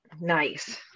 Nice